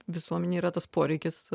visuomenėj yra tas poreikis